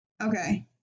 Okay